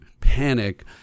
panic